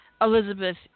Elizabeth